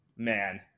Man